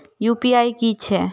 UPI की हेछे?